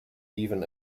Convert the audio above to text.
even